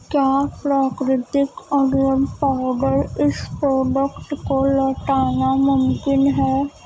کیا پراکرتک onion powder اس پروڈکٹ کو لوٹانا ممکن ہے